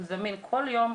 הוא זמין כל יום,